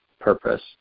purpose